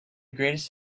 greatest